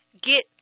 get